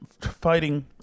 fighting